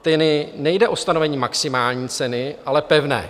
Tady nejde o stanovení maximální ceny, ale pevné.